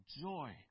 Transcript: joy